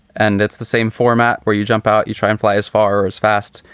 and it's the same format where you jump out, you try and fly as far as fast.